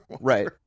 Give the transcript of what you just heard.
Right